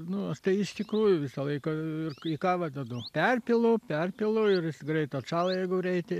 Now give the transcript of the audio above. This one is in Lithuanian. nu tai iš tikrųjų visą laiką į kavą dedu perpilu perpilu ir greit atšąla jeigu greitai